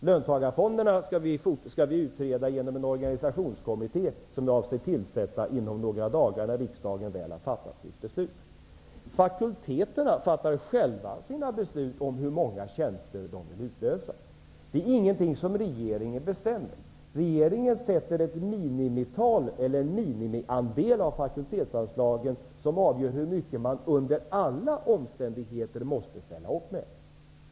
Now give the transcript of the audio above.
Löntagarfonderna skall utredas av en organisationskommitté, som jag avser att tillsätta inom några dagar efter det att riksdagen väl har fattat sitt beslut. Fakulteterna fattar själva beslut om hur många tjänster de vill tillsätta. Det är ingenting som regeringen bestämmer. Regeringen anger ett minimital eller en minimiandel av fakultetsanslagen som avgör hur mycket man under alla omständigheter måste ställa upp med.